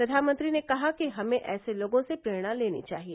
प्रधानमंत्री ने कहा कि हमे ऐसे लोगों से प्रेरणा लेनी चाहिए